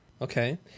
Okay